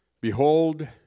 Behold